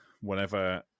whenever